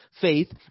faith